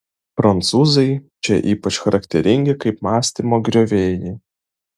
prancūzai čia ypač charakteringi kaip mąstymo griovėjai